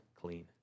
clean